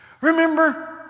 Remember